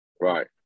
right